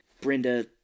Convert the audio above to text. Brenda